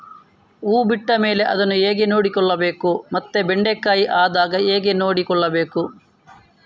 ಹೂ ಬಿಟ್ಟ ಮೇಲೆ ಅದನ್ನು ಹೇಗೆ ನೋಡಿಕೊಳ್ಳಬೇಕು ಮತ್ತೆ ಬೆಂಡೆ ಕಾಯಿ ಆದಾಗ ಹೇಗೆ ನೋಡಿಕೊಳ್ಳಬೇಕು?